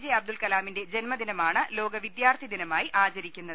J അബ്ദുൽകലാമിന്റെ ജന്മദിനമാണ് ലോക വിദ്യാർത്ഥി ദിനമായി ആചരിക്കുന്നത്